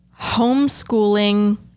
Homeschooling